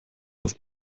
auf